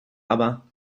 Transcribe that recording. aber